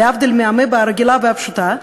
להבדיל מהאמבה הרגילה והפשוטה,